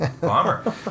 Bomber